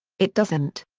it doesn't.